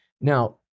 Now